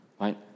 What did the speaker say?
right